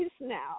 now